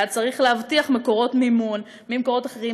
היה צריך להבטיח מימון ממקורות אחרים,